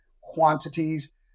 quantities